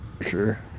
Sure